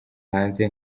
hanze